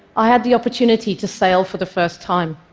i had the opportunity to sail for the first time.